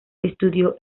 estudió